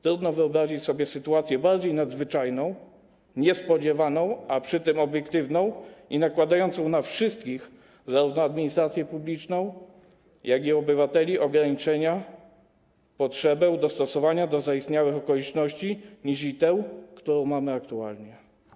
Trudno wyobrazić sobie sytuację bardziej nadzwyczajną, niespodziewaną, a przy tym obiektywną i nakładającą na wszystkich, zarówno na administrację publiczną, jak i obywateli, ograniczenia, potrzebę dostosowania do zaistniałych okoliczności niźli tę, którą mamy aktualnie.